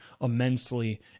immensely